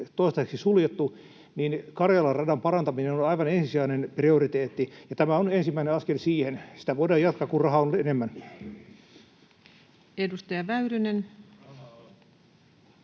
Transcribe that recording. toistaiseksi suljettu, niin Karjalan radan parantaminen on aivan ensisijainen prioriteetti. Tämä on ensimmäinen askel siihen. Sitä voidaan jatkaa, kun rahaa on enemmän. [Timo Harakka: